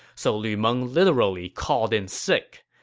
so lu meng literally called in sick.